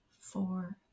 four